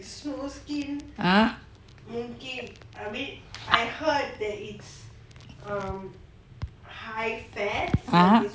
ah !huh!